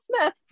Smith